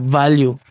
value